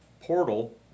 portal